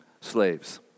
slaves